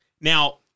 Now